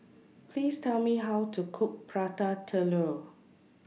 Please Tell Me How to Cook Prata Telur